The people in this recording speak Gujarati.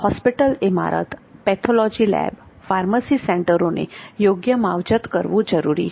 હોસ્પિટલ ઇમારત પેથોલોજી લેબ ફાર્મસી સેન્ટરોની યોગ્ય માવજત કરવી જરૂરી છે